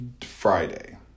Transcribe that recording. Friday